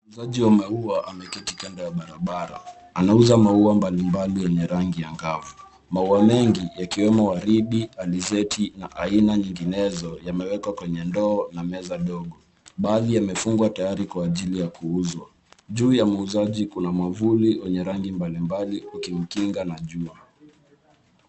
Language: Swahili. Muuzaji wa maua ameketi kando ya barabara. Anauza maua mbalimbali ya rangi angavu. Maua mengi yakiwemo; waridi, alizeti, na aina nyinginezo yamewekwa kwenye ndoo na meza ndogo. Baadhi yamefungwa tayari kwa ajili ya kuuzwa. Juu ya muuzaji kuna mwavuli wa rangi mbalimbali kumkinga na jua.